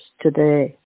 today